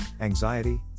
anxiety